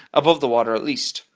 above the water at least!